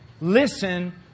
Listen